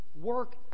work